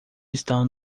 estão